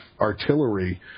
artillery